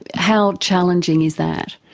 how challenging is that?